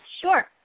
Sure